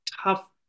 tough